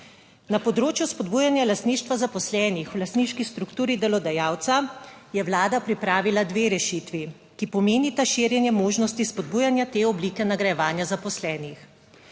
Na področju spodbujanja lastništva zaposlenih v lastniški strukturi delodajalca je Vlada pripravila dve rešitvi, ki pomenita širjenje možnosti spodbujanja te oblike nagrajevanja zaposlenih.